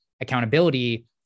accountability